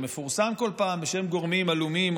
שמפורסם כל פעם בשם גורמים עלומים,